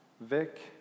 Vic